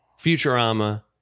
Futurama